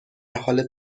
حال